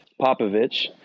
Popovich